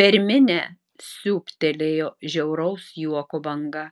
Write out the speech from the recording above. per minią siūbtelėjo žiauraus juoko banga